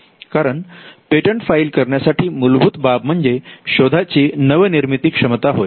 कारण patent file करण्यासाठी मूलभूत बाब म्हणजे शोधाची नवनिर्मिती क्षमता होय